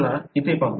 चला इथे पाहू